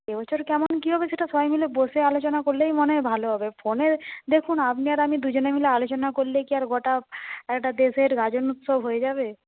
এ বছর কেমন কী হবে সেটা সবাই মিলে বসে আলোচনা করলেই মনে হয় ভালো হবে ফোনে দেখুন আপনি আর আমি দুজনে মিলে আলোচনা করলেই কি আর গোটা একটা দেশের গাজন উৎসব হয়ে যাবে